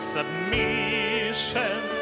submission